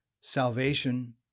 Salvation